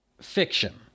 fiction